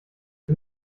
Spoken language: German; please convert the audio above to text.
für